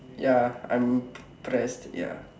ya I'm impressed ya